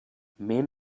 men